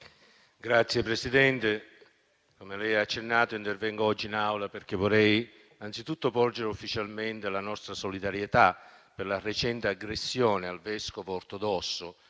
Signor Presidente, come lei ha accennato, intervengo oggi in Aula perché vorrei anzitutto esprimere ufficialmente la nostra solidarietà per la recente aggressione al vescovo ortodosso